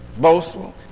boastful